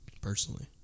personally